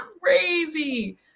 crazy